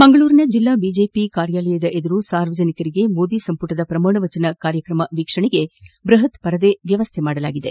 ಮಂಗಳೂರಿನ ಜಿಲ್ಲಾ ಬಿಜೆಪಿ ಕಾರ್ಯಾಲಯದ ಎದುರು ಸಾರ್ವಜನಿಕರಿಗೆ ಮೋದಿ ಸಂಪುಟದ ಪ್ರಮಾಣವಚನ ಕಾರ್ಯಕ್ರಮ ವೀಕ್ಷಣೆಗೆ ಬೃಪತ್ ಪರದೆ ವ್ಯವಸ್ಥ ಮಾಡಲಾಗಿದೆ